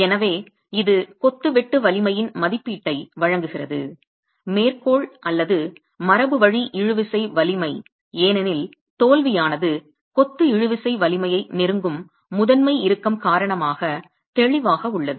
எனவே இது கொத்து வெட்டு வலிமையின் மதிப்பீட்டை வழங்குகிறது மேற்கோள் அல்லது மரபுவழி இழுவிசை வலிமை ஏனெனில் தோல்வியானது கொத்து இழுவிசை வலிமையை நெருங்கும் முதன்மை இறுக்கம் காரணமாக தெளிவாக உள்ளது